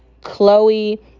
chloe